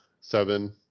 seven